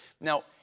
Now